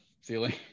ceiling